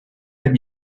have